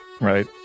right